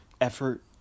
Effort